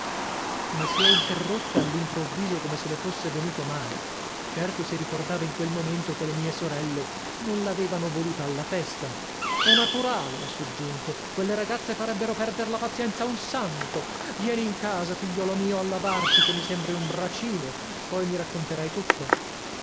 ma si è interrotta all'improvviso come se le fosse venuto male certo si ricordava in quel momento che le mie sorelle non l'avevano voluta alla festa è naturale ha soggiunto quelle ragazze farebbero perder la pazienza a un santo vieni in casa figliolo mio a lavarti che mi sembri un bracino poi mi racconterai tutto